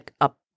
up